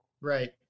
Right